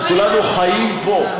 אנחנו כולנו חיים פה.